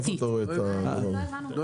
איפה אתה רואה את --- מרב, לא הבנו.